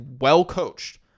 well-coached